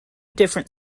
different